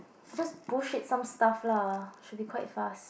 just bullshit some stuff lah should be quite fast